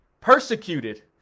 persecuted